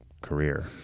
career